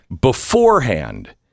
beforehand